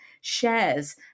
shares